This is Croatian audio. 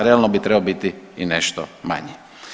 Realno bi trebao biti i nešto manji.